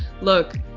look